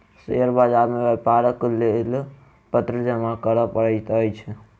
share बाजार मे व्यापारक लेल पत्र जमा करअ पड़ैत अछि